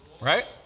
Right